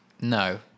No